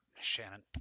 Shannon